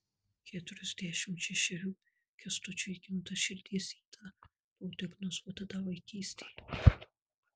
keturiasdešimt šešerių kęstučiui įgimta širdies yda buvo diagnozuota dar vaikystėje